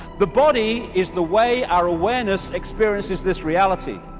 the body is the way our awareness experiences this reality.